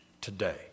today